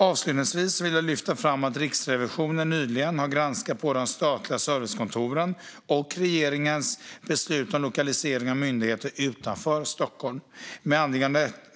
Avslutningsvis vill jag lyfta fram att Riksrevisionen nyligen har granskat både de statliga servicekontoren och regeringens beslut om lokalisering av myndigheter utanför Stockholm.